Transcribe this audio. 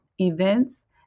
events